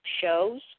shows